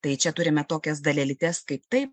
tai čia turime tokias dalelytes kaip tai